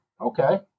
okay